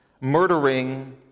murdering